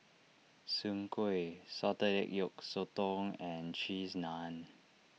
Soon Kway Salted Egg Yolk Sotong and Cheese Naan